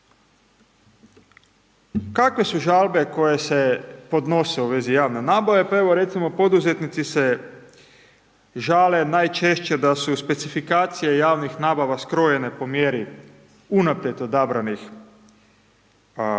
Kakve su žalbe koje se podnose u vezi javne nabave? Pa evo recimo poduzetnici se žale najčešće da su specifikacije javnih nabava skrojene po mjeri unaprijed odabranih